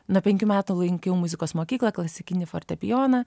nuo penkių metų lankiau muzikos mokyklą klasikinį fortepijoną